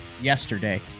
yesterday